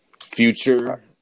future